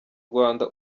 rwanda